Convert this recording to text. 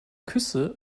küsse